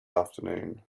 afternoon